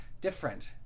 different